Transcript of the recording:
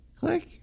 click